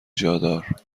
جادار